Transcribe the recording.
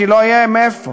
כי לא יהיה מאיפה.